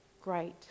great